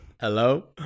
Hello